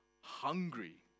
hungry